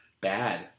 bad